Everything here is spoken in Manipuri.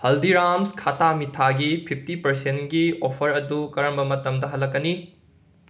ꯍꯜꯗꯤꯔꯥꯝꯁ ꯈꯥꯇꯥ ꯃꯤꯊꯥꯒꯤ ꯐꯤꯞꯇꯤ ꯄꯔꯁꯦꯟꯒꯤ ꯑꯣꯐꯔ ꯑꯗꯨ ꯀꯔꯝꯕ ꯃꯇꯝꯗ ꯍꯜꯂꯛꯀꯅꯤ